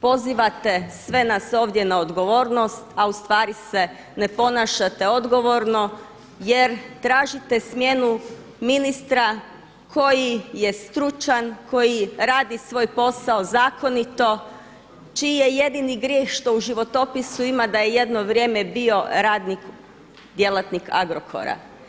Pozivate sve nas ovdje na odgovornost, a u stvari se ne ponašate odgovorno jer tražite smjenu ministra koji je stručan, koji radi svoj posao zakonito, čiji je jedini grijeh što u životopisu ima da je jedno vrijeme bio radnik, djelatnik Agrokora.